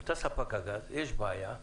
אתה ספק הגז, יש בעיה.